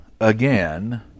again